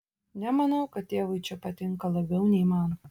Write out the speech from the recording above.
nemanau kad tėvui čia patinka labiau nei man